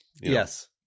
yes